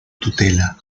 tutela